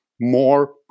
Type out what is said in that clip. more